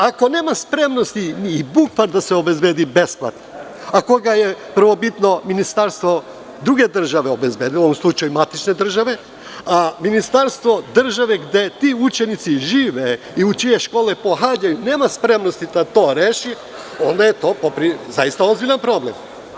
Ako nema spremnosti i MUP da se obezbedi besplatno, a koga je prvobitno ministarstvo druge države obezbedilo, u ovom slučaju matične države, a ministarstvo države gde ti učenici žive i čije škole pohađaju nema spremnosti da to reši, onda je to zaista ozbiljan problem.